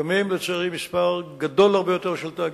קמים, לצערי, מספר גדול הרבה יותר של תאגידים,